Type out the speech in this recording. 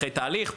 אחרי תהליך,